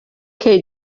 cei